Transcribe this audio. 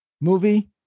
movie